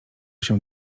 się